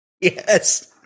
Yes